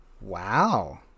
Wow